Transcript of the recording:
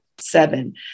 Seven